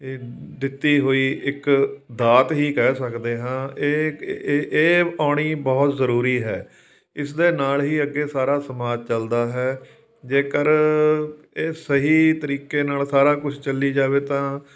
ਦਿੱਤੀ ਹੋਈ ਇੱਕ ਦਾਤ ਹੀ ਕਹਿ ਸਕਦੇ ਹਾਂ ਇਹ ਇਹ ਆਉਣੀ ਬਹੁਤ ਜ਼ਰੂਰੀ ਹੈ ਇਸ ਦੇ ਨਾਲ ਹੀ ਅੱਗੇ ਸਾਰਾ ਸਮਾਜ ਚੱਲਦਾ ਹੈ ਜੇਕਰ ਇਹ ਸਹੀ ਤਰੀਕੇ ਨਾਲ ਸਾਰਾ ਕੁਝ ਚੱਲੀ ਜਾਵੇ ਤਾਂ